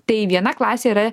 tai viena klasė yra